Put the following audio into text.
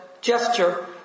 gesture